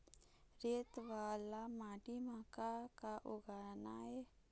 रेत वाला माटी म का का उगाना ये?